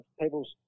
people's